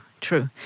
true